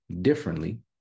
differently